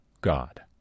God